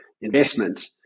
investment